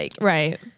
Right